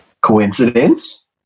coincidence